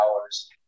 hours